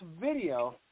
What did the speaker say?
video